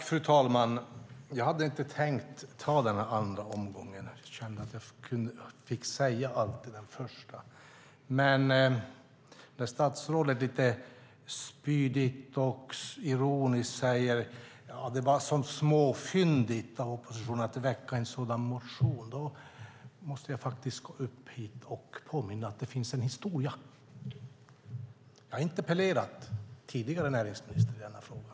Fru talman! Jag hade inte tänkt ta denna andra omgång då jag kände att jag fick säga allt i den första. Men när statsrådet lite spydigt och ironiskt säger att det var småfyndigt av oppositionen att väcka en sådan motion måste jag gå upp och påminna om att det finns en historia. Jag har interpellerat tidigare näringsminister i denna fråga.